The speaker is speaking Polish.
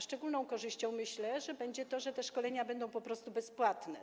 Szczególną korzyścią, myślę, będzie to, że te szkolenia będą po prostu bezpłatne.